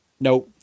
No